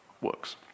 works